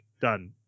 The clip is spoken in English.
done